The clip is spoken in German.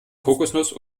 kokosnuss